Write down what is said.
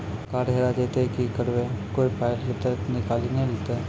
Card हेरा जइतै तऽ की करवै, कोय पाय तऽ निकालि नै लेतै?